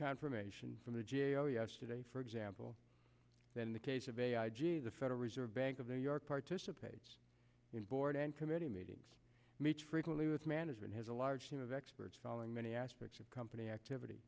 confirmation from the g a o yesterday for example than the case of a the federal reserve bank of new york participates in board and committee meetings meets frequently with management has a large team of experts following many aspects of company activity